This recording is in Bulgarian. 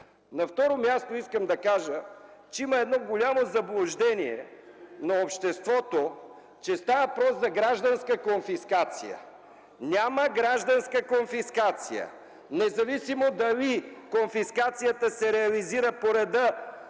На второ място искам да кажа, че има едно голямо заблуждение на обществото, че става въпрос за гражданска конфискация. Няма гражданска конфискация! Независимо дали конфискацията се реализира по реда